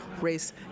race